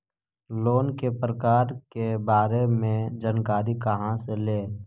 Loan के प्रकार के बारे मे जानकारी कहा से ले?